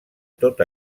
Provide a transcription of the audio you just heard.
tot